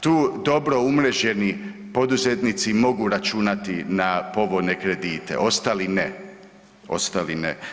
Tu dobro umreženi poduzetnici mogu računati na povoljne kredite, ostali ne, ostali ne.